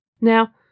Now